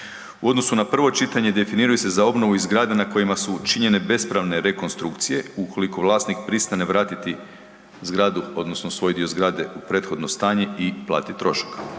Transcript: U odnosu na prvo čitanje, definiraju se za obnovu i zgrade na kojima su učinjene bespravne rekonstrukcije, ukoliko vlasnik pristane vratiti zgradu, odnosno svoj dio zgrade u prethodno stanje i platiti trošak,